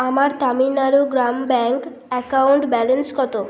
আমার তামিলনাড়ু গ্রাম bank account balance কত